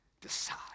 decide